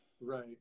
Right